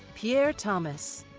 pierre thomas.